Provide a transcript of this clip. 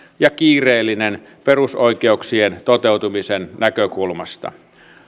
ja kiireellinen perusoikeuksien toteutumisen näkökulmasta